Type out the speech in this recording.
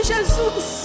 Jesus